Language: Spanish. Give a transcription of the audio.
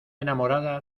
enamorada